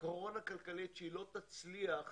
קורונה כלכלית, שהיא לא תצליח